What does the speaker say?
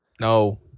No